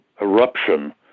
eruption